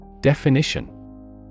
Definition